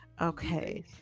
okay